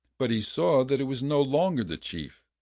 but he saw that it was no longer the chief,